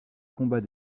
combat